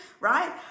right